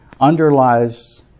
underlies